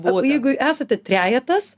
o jeigu esate trejetas